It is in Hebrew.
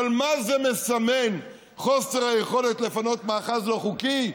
אבל מה זה מסמל, חוסר היכולת לפנות מאחז לא חוקי?